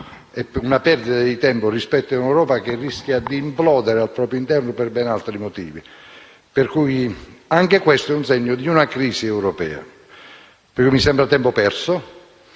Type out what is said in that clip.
una perdita di tempo rispetto a un'Europa che rischia di implodere al proprio interno per ben altri motivi. Anche questo è segno di una crisi europea. Mi sembra, quindi, tempo perso